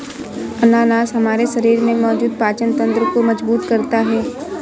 अनानास हमारे शरीर में मौजूद पाचन तंत्र को मजबूत करता है